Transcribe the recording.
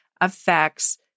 affects